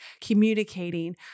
communicating